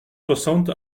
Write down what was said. soixante